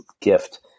gift